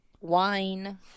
Wine